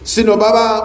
Sinobaba